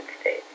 States